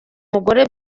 umugore